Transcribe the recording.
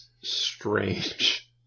strange